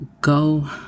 go